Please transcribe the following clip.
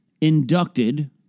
inducted